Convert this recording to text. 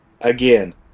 Again